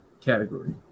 category